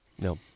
No